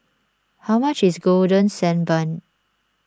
how much is Golden Sand Bun